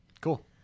Cool